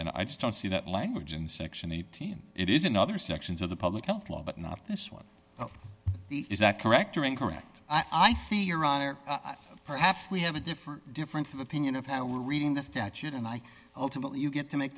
and i just don't see that language in section eighteen it is another sections of the public health law but not this one is that correct or incorrect i think your honor perhaps we have a different difference of opinion if i were reading the statute and i ultimately you get to make